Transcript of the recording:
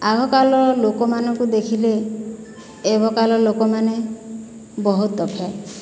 ଆଗକାଳର ଲୋକମାନଙ୍କୁ ଦେଖିଲେ ଏବେକାଳର ଲୋକମାନେ ବହୁତ ତଫାତ